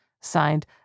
Signed